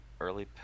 Early